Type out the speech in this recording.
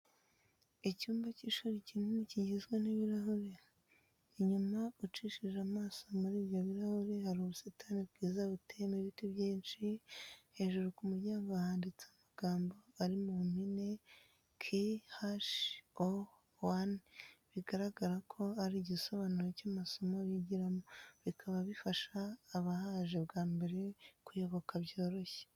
Icyumba cy'ishuri kinini kigizwe n'ibirahure. Inyuma ucishije amaso muri ibyo birahure hari ubusitani bwiza buteyemo ibiti byinshi, hejuru ku muryango handitse amagambo ari mu mpine KHO1 bigaragara ko ari igisobanuro cy'amasomo bigiramo, bikaba bifasha abahaje bwa mbere kuyoboka byoroshye.